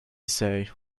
say